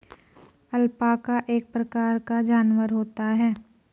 alpaca एक प्रकार का जानवर होता है